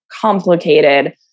complicated